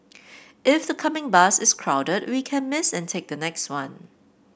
if the coming bus is crowded we can miss and take the next one